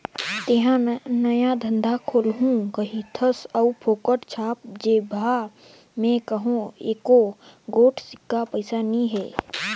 तेंहा नया धंधा खोलहू कहिथस अउ फोकट छाप जेबहा में कहों एको गोट सिक्का पइसा नी हे